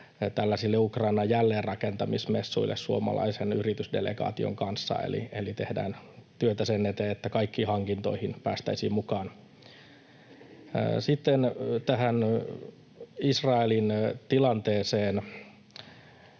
tällaisille Ukrainan jälleenrakentamismessuille suomalaisen yritysdelegaation kanssa, eli tehdään työtä sen eteen, että kaikkiin hankintoihin päästäisiin mukaan. Sitten tähän Israelin tilanteeseen.